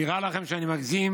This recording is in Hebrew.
נראה לכם שאני מגזים?